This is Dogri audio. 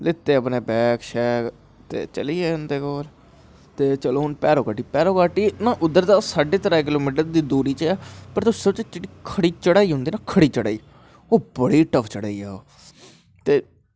लैत्ते अपनें बैग शैग ते चली गे उंदे कोल ते चलो हून भैरो घाटी नां उध्दर दा साढ़े त्रै किलो मीटर दी दूरी पर ऐ पर सोचो खड़ी चढ़ाई औंदी ना खड़ी चढ़ाई ओह् बड़ी टफ चढ़ाई ऐ ओह् ते